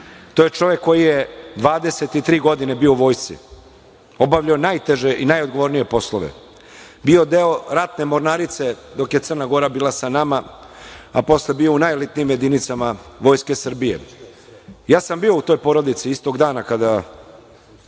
To je čovek koji je 23 godine bio u vojsci, obavljao najteže i najodgovornije poslove, bio deo ratne mornarice dok je Crna Gora bila sa nama, a posle bio u najelitnijim jedinicama Vojske Srbije. Ja sam bio u toj porodici istog dana kada